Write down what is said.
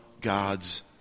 God's